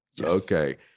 Okay